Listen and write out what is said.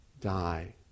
die